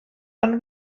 ond